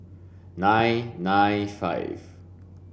nine nine five